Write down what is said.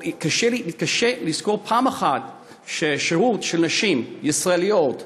קשה לזכור פעם אחת ששירות של נשים ישראליות בצה"ל,